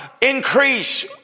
increase